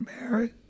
married